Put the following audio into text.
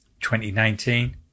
2019